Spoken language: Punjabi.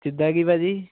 ਜਿੱਦਾਂ ਕਿ ਭਾਅ ਜੀ